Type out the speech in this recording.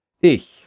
Ich